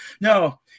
No